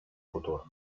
futur